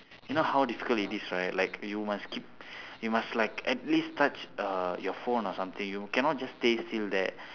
you know how difficult it is right like you must keep you must like at least touch uh your phone or something you cannot just stay still there